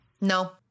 no